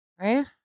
Right